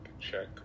check